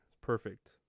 perfect